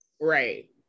Right